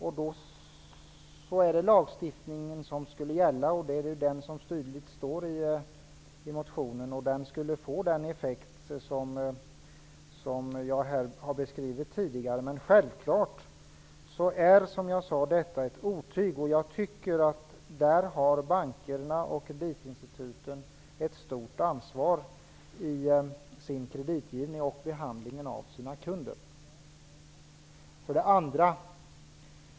Då är det lagstiftningen som skall gälla -- det står tydligt i motionen -- och det skulle få den effekt som jag här tidigare har beskrivit. Men självklart är detta ett otyg, och jag tycker att bankerna och kreditinstituten tar ett stort ansvar i sin kreditgivning och i behandlingen av kunderna.